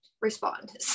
respond